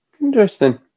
Interesting